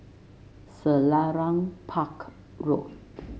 Selarang Park Road